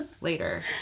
later